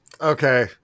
okay